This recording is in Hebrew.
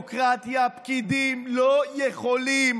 ולמה?